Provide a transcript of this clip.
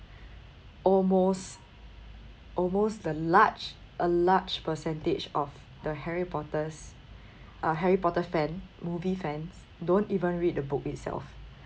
almost almost the large a large percentage of the harry potters uh harry potter fan movie fans don't even read the book itself